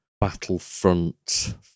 Battlefront